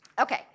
Okay